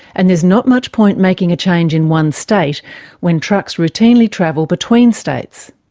and there's not much point making a change in one state when trucks routinely travel between states.